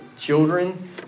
Children